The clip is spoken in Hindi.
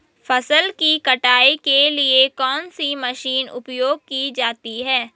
फसल की कटाई के लिए कौन सी मशीन उपयोग की जाती है?